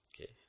Okay